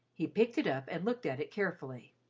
he picked it up and looked at it carefully.